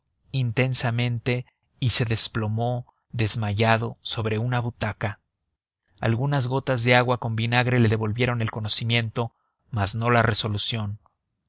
intensamente y se desplomó desmayado sobre una butaca algunas gotas de agua con vinagre le devolvieron el conocimiento mas no la resolución